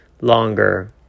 longer